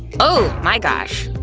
oh my gosh!